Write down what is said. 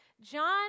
John